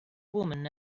woman